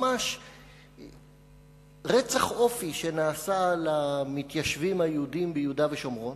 ממש רצח אופי שנעשה למתיישבים היהודים ביהודה ושומרון.